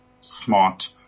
smart